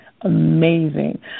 amazing